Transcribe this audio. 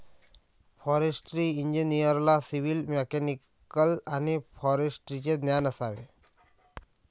forestry इंजिनिअरला civil, mechanical आणि फॉरेस्ट्रीचे ज्ञान असावे